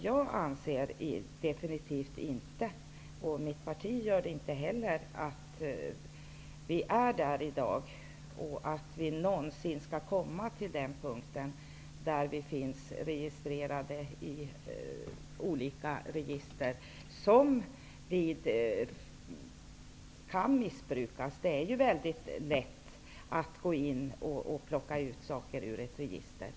Jag anser definitivt inte, och mitt parti gör det inte heller, att vi är där i dag eller att vi någonsin skall komma i den situationen att vi finns i olika register som kan missbrukas. Men det är ju väldigt lätt att gå in och plocka ut saker ur ett register.